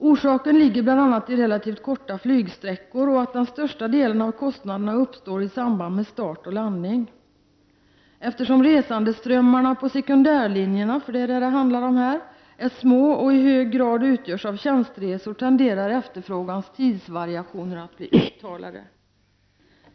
”Orsaken ligger bl.a. i relativt korta flygsträckor och att den största delen av kostnaderna uppstår i samband med start och landning. Eftersom resandeströmmarna på sekundärlinjerna är små och i hög grad utgörs av tjänsteresor tenderar efterfrågans tidsvariationer att bli uttalade.